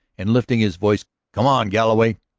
and, lifting his voice come on, galloway.